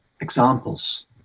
examples